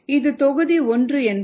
இது தொகுதி 1 என்பதால் இதை 1